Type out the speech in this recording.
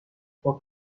può